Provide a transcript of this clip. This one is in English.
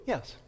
Yes